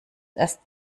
erst